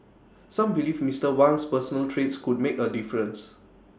some believe Mister Wang's personal traits could make A difference